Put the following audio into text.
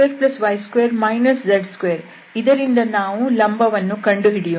ಹಾಗಾಗಿ x2y2 z2 ಇದರಿಂದ ನಾವು ಲಂಬವನ್ನು ಕಂಡುಹಿಡಿಯೋಣ